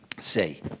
say